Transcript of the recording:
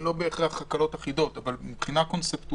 לא בהכרח הקלות אחידות אבל מבחינה קונצפטואלית,